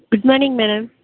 good morning madam